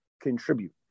contribute